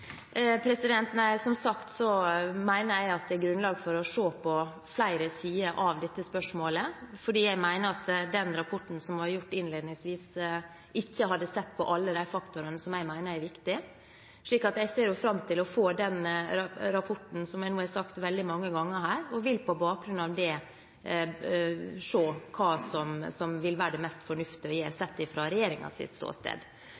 Som sagt mener jeg det er grunnlag for å se på flere sider av dette spørsmålet fordi jeg mener at den rapporten som ble gjort innledningsvis, ikke hadde sett på alle de faktorene som jeg mener er viktige. Jeg ser fram til å få den rapporten, som jeg nå har sagt veldig mange ganger, og vil på bakgrunn av den se hva som vil være det mest fornuftige å gjøre sett fra regjeringens ståsted.